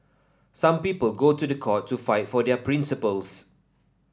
some people go to the court to fight for their principles